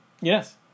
Yes